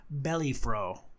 Bellyfro